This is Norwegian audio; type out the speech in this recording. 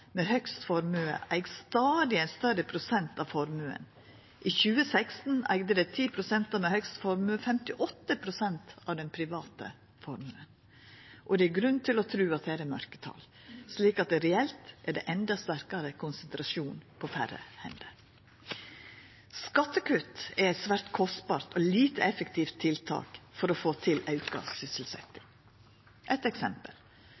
med høgst formue eig ein stadig større prosent av formuen. I 2016 eigde dei ti prosentane med høgst formue 58 pst. av den private formuen, og det er grunn til å tru at det her er mørketal slik at det reelt er endå sterkare konsentrasjon på færre hender. Skattekutt er eit svært kostbart og lite effektivt tiltak for å få til auka sysselsetjing. Eit eksempel: